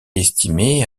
estimé